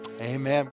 amen